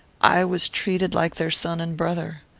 i was treated like their son and brother.